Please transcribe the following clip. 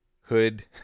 hood